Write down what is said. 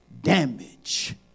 damage